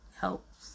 helps